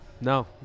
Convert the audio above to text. No